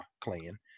Clan